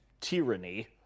tyranny